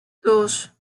dos